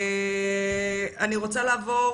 אני רוצה לעבור